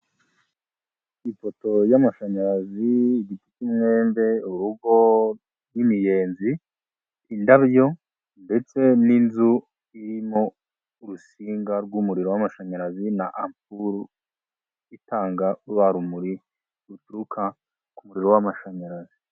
Ipoto y'amashanyarazi, igiti cy'imyembe, urugo rw'imiyenzi, indabyo, ndetse n'inzu irimo urusinga rw'umuriro w'amashanyarazi, na ampuru itanga rwa rumuri ruturuka ku muririro w'amashanyarazi.